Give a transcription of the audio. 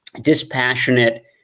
dispassionate